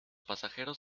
pasajeros